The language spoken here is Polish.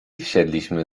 wsiedliśmy